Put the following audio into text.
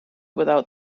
without